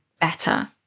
better